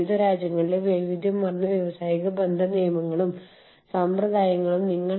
veggie burger യഥാർത്ഥത്തിൽ ഒരു ഉരുളക്കിഴങ്ങ് പാറ്റിയാണ്